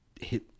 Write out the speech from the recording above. hit